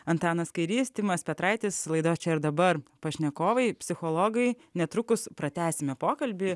antanas kairys timas petraitis laida čia ir dabar pašnekovai psichologai netrukus pratęsime pokalbį